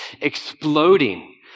exploding